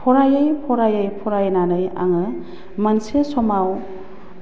फरायै फरायै फरायनानै आङो मोनसे समाव